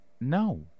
no